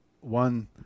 One